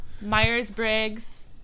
myers-briggs